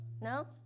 No